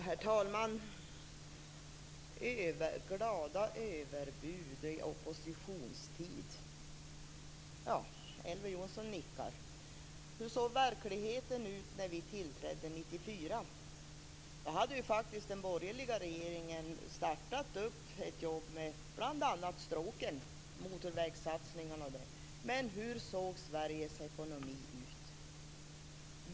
Herr talman! Glada överbud i oppositionstid . Ja, Elver Jonsson nickar. Hur såg verkligheten ut när vi tillträdde 1994? Då hade faktiskt den borgerliga regeringen påbörjat arbetet med bl.a. stråken, motorvägssatsningarna. Men hur såg Sveriges ekonomi ut?